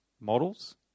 models